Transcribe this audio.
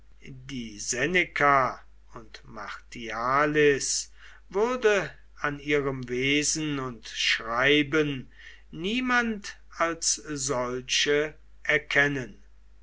die seneca und martialis würde an ihrem wesen und schreiben niemand als solche erkennen